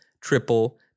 triple